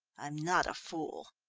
i'm not a fool.